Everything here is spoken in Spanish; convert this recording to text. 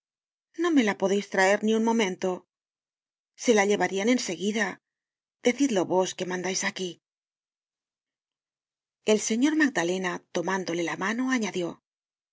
no me la podeis traer ni un momento se la llevarian en seguida decidlo vos que mandais aquí el señor magdalena tomándole la mano añadió